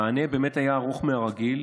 המענה באמת היה ארוך מהרגיל,